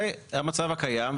זה המצב הקיים.